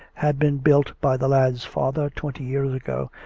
had been built by the lad's father twenty years ago,